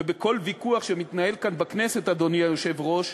ובכל ויכוח שמתנהל כאן בכנסת, אדוני היושב-ראש,